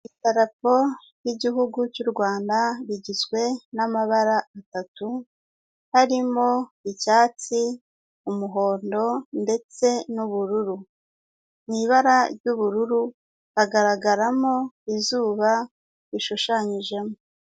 Idarapo ry'igihugu cy'u Rwanda rigizwe n'amabara atatu harimo icyatsi, umuhondo ndetse n'ubururu, mu ibara ry'ubururu hagaragaramo izuba rishushanyijemo.